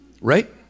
Right